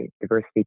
diversity